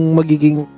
magiging